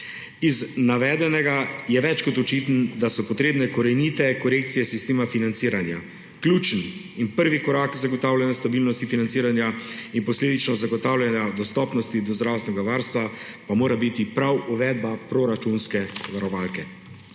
Iz navedenega je več kot očitno, da so potrebne korenite korekcije sistema financiranja. Ključen in prvi korak k zagotavljanju stabilnosti financiranja in posledično zagotavljanja dostopnosti do zdravstvenega varstva pa mora biti prav uvedba proračunske varovalke.